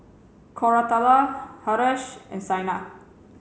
Koratala Haresh and Saina